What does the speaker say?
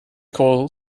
call